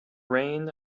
reign